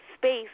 space